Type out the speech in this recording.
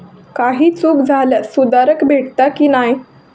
काही चूक झाल्यास सुधारक भेटता की नाय?